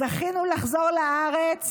זכינו לחזור לארץ